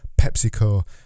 PepsiCo